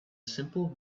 simple